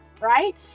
right